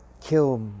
kill